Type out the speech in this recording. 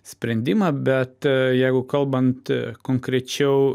sprendimą bet jeigu kalbant konkrečiau